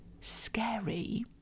scary